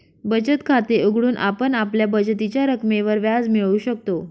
बचत खाते उघडून आपण आपल्या बचतीच्या रकमेवर व्याज मिळवू शकतो